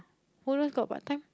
got part time